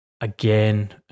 Again